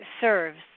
serves